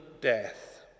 death